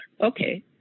Okay